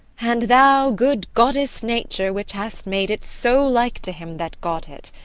and thou, good goddess nature, which hast made it so like to him that got it,